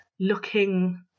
looking